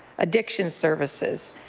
addiction services.